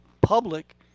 public